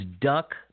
Duck